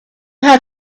how